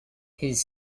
his